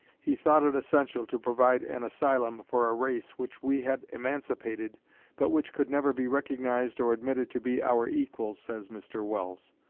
he thought it essential to provide an asylum for a race which we had emancipated but which could never be recognized or admitted to be our equals, says mr. welles.